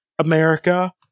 America